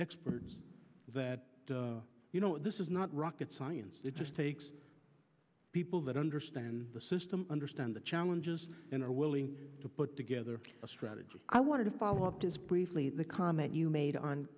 experts that you know this is not rocket science it just takes people that understand the system understand the challenges and are willing to put together a strategy i want to follow up this briefly the comment you made on